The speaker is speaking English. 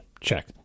check